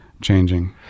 changing